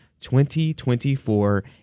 2024